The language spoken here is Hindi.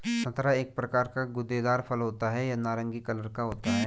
संतरा एक प्रकार का गूदेदार फल होता है यह नारंगी कलर का होता है